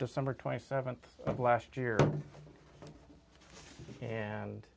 december twenty seventh of last year and